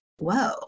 whoa